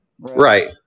Right